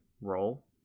roll